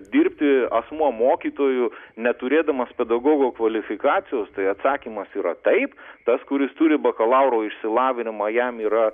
dirbti asmuo mokytoju neturėdamas pedagogo kvalifikacijos tai atsakymas yra taip tas kuris turi bakalauro išsilavinimą jam yra